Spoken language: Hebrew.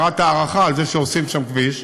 ההערכה על כך שעושים שם כביש.